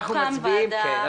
אנחנו מצביעים.